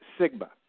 Sigma